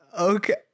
okay